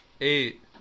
eight